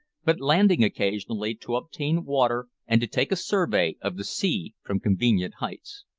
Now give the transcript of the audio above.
but landing occasionally to obtain water and to take a survey of the sea from convenient heights.